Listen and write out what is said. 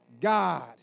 God